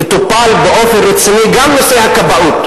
וטופל באופן רציני גם נושא הכבאות.